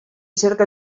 cerca